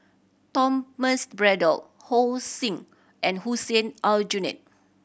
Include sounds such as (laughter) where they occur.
Thomas Braddell (unintelligible) (unintelligible) and Hussein Aljunied